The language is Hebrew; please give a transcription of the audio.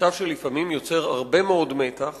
מצב שלפעמים יוצר הרבה מאוד מתח